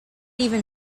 even